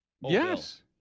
yes